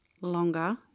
longer